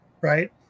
right